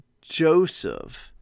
Joseph